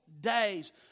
days